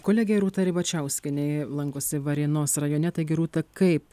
kolegė rūta ribačiauskienė lankosi varėnos rajone taigi rūta kaip